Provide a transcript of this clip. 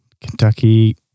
Kentucky